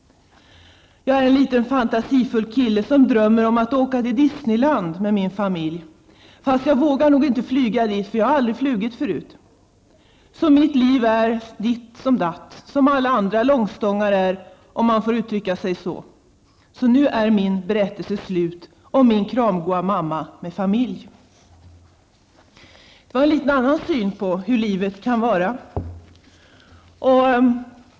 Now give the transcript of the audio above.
Jag är en liten fantasifull kille som drömmer om att åka till Disneyland med min familj. Fast jag vågar nog inte flyga dit för jag har aldrig flygit förut. Så mitt liv är ditt som datt. Som alla andra långstångar är, om jag får uttrycka mig så. Så nu är min berättelse slut om min kramgoa mamma med familj.'' Det var en litet annorlunda syn på hur livet kan vara.